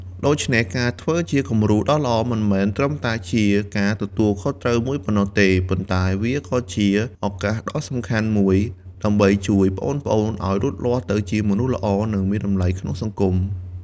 ដូច្នេះ ការធ្វើជាគំរូដ៏ល្អ មិនមែនត្រឹមតែជាការទទួលខុសត្រូវមួយប៉ុណ្ណោះទេ ប៉ុន្តែវាក៏ជា ឱកាសដ៏សំខាន់មួយ ដើម្បីជួយប្អូនៗឱ្យលូតលាស់ទៅជាមនុស្សល្អ និងមានតម្លៃក្នុងសង្គម ។